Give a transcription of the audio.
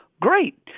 Great